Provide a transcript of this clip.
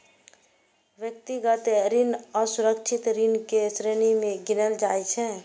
व्यक्तिगत ऋण असुरक्षित ऋण के श्रेणी मे गिनल जाइ छै